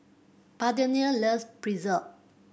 Parthenia loves Pretzel